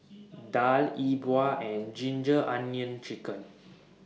Daal E Bua and Ginger Onions Chicken